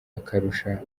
akarushaho